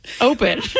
open